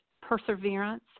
perseverance